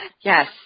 Yes